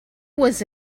was